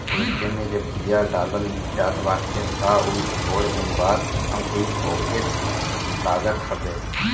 खेते में जब बिया डालल जात बाटे तअ उ थोड़ दिन बाद अंकुरित होखे लागत हवे